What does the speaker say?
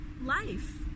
life